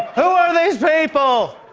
who are these people!